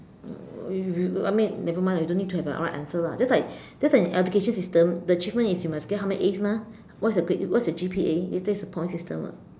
you you I mean nevermind lah you don't need to have a right answer lah just like just like in education system the achievement is you must get how many As mah what's your grade what's your G_P_A it's that's a point system [what]